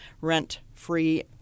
rent-free